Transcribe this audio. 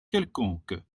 quelconque